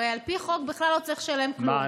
הרי על פי חוק בכלל לא צריך לשלם כלום.